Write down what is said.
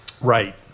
Right